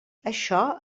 això